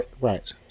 right